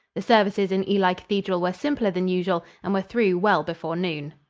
the services in ely cathedral were simpler than usual and were through well before noon.